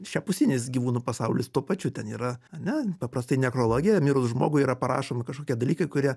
šiąpusinis gyvūnų pasaulis tuo pačiu ten yra ar ne paprastai nekrologe mirus žmogui yra parašomi kažkokie dalykai kurie